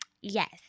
Yes